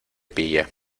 pilla